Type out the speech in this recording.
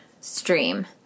stream